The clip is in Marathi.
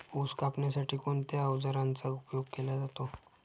ऊस कापण्यासाठी कोणत्या अवजारांचा उपयोग केला जातो?